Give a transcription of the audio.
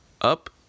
up